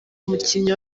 umukinnyi